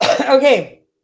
Okay